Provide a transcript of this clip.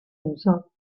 uso